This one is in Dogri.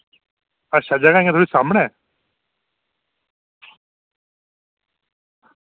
अच्छा जगह इंया थोह्ड़ी सामनै